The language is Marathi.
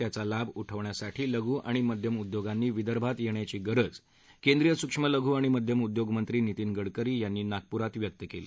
त्याचा लाभ उठविण्यासाठी लघू आणि मध्यम उद्योगांनी विदर्भात येण्याचीगरज केंद्रीय सूक्ष्म लघू आणि मध्यम उद्योग मंत्री नितीन गडकरी यांनी नागपुरातव्यक्त केली